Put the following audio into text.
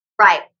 Right